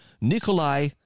Nikolai